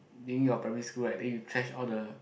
being your primary school right then you trash all the